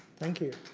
thank you.